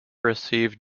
received